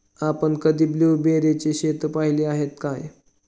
आपण कधी ब्लुबेरीची शेतं पाहीली आहेत काय?